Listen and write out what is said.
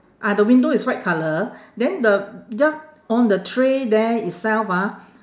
ah the window is white colour then the jus~ on the tray there itself ah